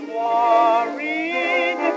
worried